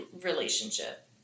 relationship